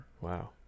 Wow